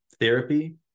therapy